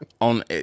on